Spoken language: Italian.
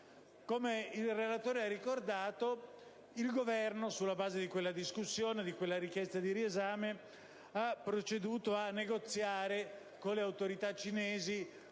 Come il relatore ha ricordato, il Governo, sulla base di quella discussione e di quella richiesta di riesame, ha proceduto a negoziare con le autorità cinesi